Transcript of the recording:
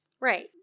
Right